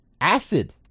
Acid